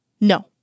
No